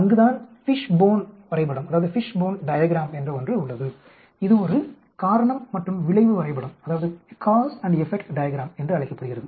அங்குதான் ஃபிஷ்போன் வரைபடம் என்று ஒன்று உள்ளது இது ஒரு காரணம் மற்றும் விளைவு வரைபடம் என்று அழைக்கப்படுகிறது